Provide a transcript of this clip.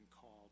called